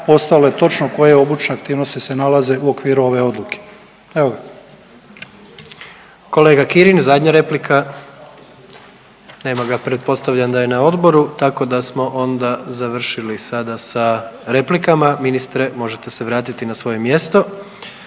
je točno koje obučne aktivnosti se nalaze u okviru ove odluke.